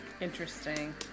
Interesting